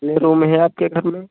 कितने रूम हैं आपके घर में